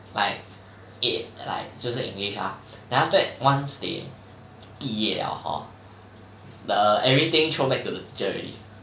like it like 就是 english lah then after that once they 毕业 liao hor the everything throw back to the teacher already